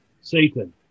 Satan